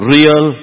Real